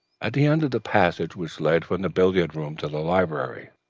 at the end of the passage which led from the billiard-room to the library.